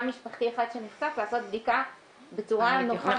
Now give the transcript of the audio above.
משפחתי אחד שנחשף לעשות בדיקה בצורה נוחה.